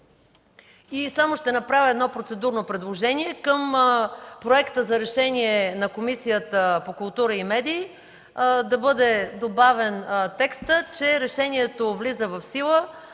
Ще направя едно процедурно предложение – към проекта за решение на Комисията по културата и медиите да бъде добавен текстът, че решението влиза в сила